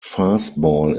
fastball